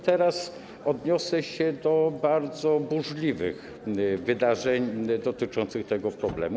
Teraz odniosę się do bardzo burzliwych wydarzeń dotyczących tego problemu.